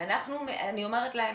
אני אומרת להם